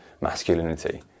masculinity